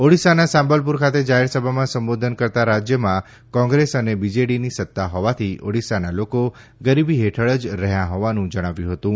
ઓડિશાના સાંબલપુર ખાતે જાહેરસભામાં સંબોધન કરતાં રાજયમાં કોંગ્રેસ અને બીજેડીની સત્તા હોવાથી ઓડિશાના લોકો ગરીબી હેઠળ જ રહ્યા હોવાનું જણાવ્યું હતું